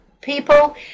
people